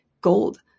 gold